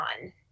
on